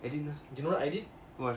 do you know what I did